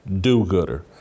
do-gooder